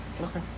Okay